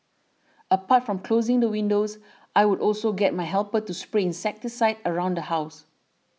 apart from closing the windows I would also get my helper to spray insecticide around the house